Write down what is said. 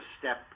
step